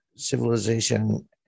Civilization